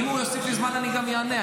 אם הוא יוסיף לי זמן אני גם אענה.